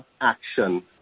action